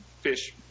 fish